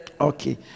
Okay